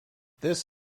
this